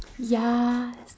yas